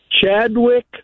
Chadwick